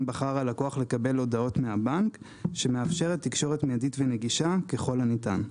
בחר הלקוח לקבל הודעות מהבנק שמאפשרת תקשורת מיידית ונגישה ככל הניתן.